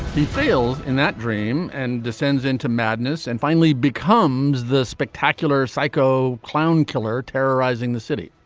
he failed in that dream and descends into madness and finally becomes the spectacular psycho clown killer terrorizing the city.